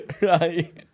Right